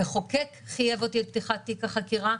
המחוקק חייב אותי על פתיחת תיק החקירה,